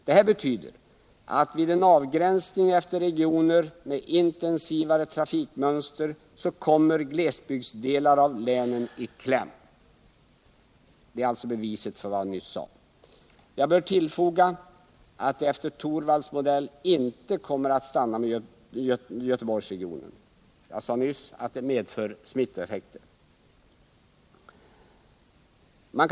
Detta betyder att vid en avgränsning efter regioner med intensivare trafikmönster glesbygdsdelar av länen kommer i kläm — det är också beviset för vad jag nyss sade. Jag bör tillfoga att det med Rune Torwalds modell inte kommer att stanna med Göteborgsregionen. Jag sade nyss att en sådan modell kommer att medföra smittoeffekter på andra områden.